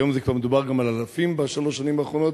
היום כבר מדובר גם על אלפים בשלוש השנים האחרונות,